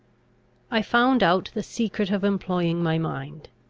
i found out the secret of employing my mind.